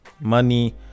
money